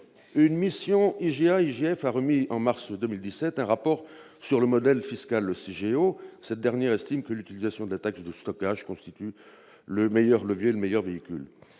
Une mission IGA-IGF a remis, en mars 2017, un rapport sur le modèle fiscal de Cigéo. Cette mission a estimé que l'utilisation de la taxe de stockage constitue le meilleur levier. Le produit de